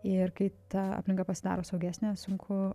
ir kai ta aplinka pasidaro saugesnė sunku